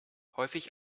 häufig